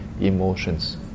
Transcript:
emotions